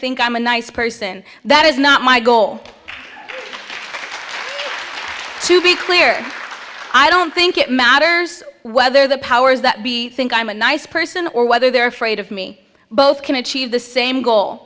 think i'm a nice person that is not my goal to be clear i don't think it matters whether the powers that be think i'm a nice person or whether they're afraid of me both can achieve the same goal